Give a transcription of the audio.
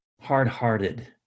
Hard-hearted